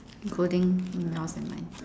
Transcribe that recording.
including yours and mine